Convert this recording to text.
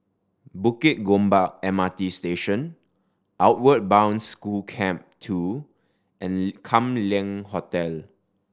Bukit Gombak M R T Station Outward Bound School Camp Two and Kam Leng Hotel